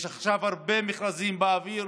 יש עכשיו הרבה מכרזים באוויר.